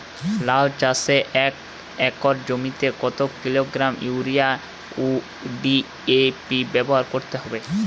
লাউ চাষে এক একর জমিতে কত কিলোগ্রাম ইউরিয়া ও ডি.এ.পি ব্যবহার করতে হবে?